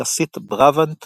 דוכסית בראבנט